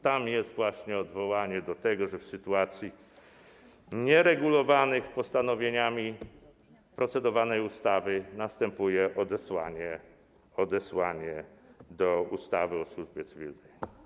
Tam jest właśnie odwołanie do tego, że w sytuacjach nieuregulowanych postanowieniami procedowanej ustawy następuje odesłanie do ustawy o służbie cywilnej.